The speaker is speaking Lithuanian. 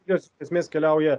jos esmės keliauja